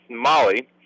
Molly